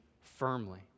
firmly